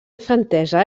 infantesa